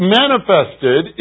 manifested